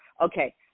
Okay